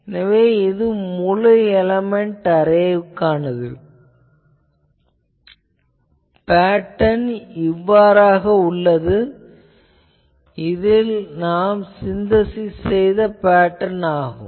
எனவே ஒரு ஏழு எலேமென்ட் அரேவுக்கு பேட்டர்ன் இவ்வாறாக உள்ளது இது சின்தசிஸ் செய்த பேட்டர்ன் ஆகும்